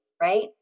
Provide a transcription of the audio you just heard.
right